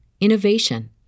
innovation